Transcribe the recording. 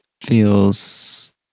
feels